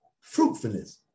fruitfulness